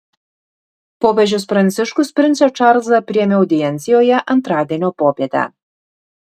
popiežius pranciškus princą čarlzą priėmė audiencijoje antradienio popietę